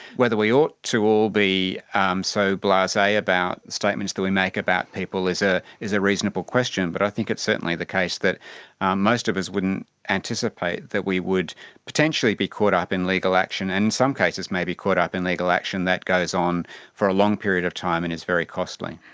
whether we ought to all be um so blase about statements that we make about people is ah is a reasonable question, but i think it's certainly the case that most of us wouldn't anticipate that we would potentially be caught up in legal action and in some cases may be caught up in legal action that goes on for a long period of time and is very costly.